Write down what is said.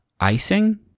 icing